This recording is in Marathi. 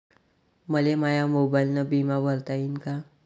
मले माया मोबाईलनं बिमा भरता येईन का?